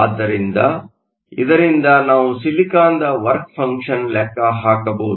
ಆದ್ದರಿಂದ ಇದರಿಂದ ನಾವು ಸಿಲಿಕಾನ್ನ ವರ್ಕ ಫಂಕ್ಷನ್ ಲೆಕ್ಕ ಹಾಕಬಹುದು